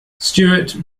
stewart